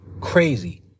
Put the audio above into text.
crazy